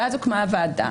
ואז הוקמה הוועדה.